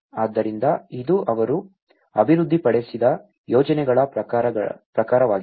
ಆದ್ದರಿಂದ ಇದು ಅವರು ಅಭಿವೃದ್ಧಿಪಡಿಸಿದ ಯೋಜನೆಗಳ ಪ್ರಕಾರವಾಗಿದೆ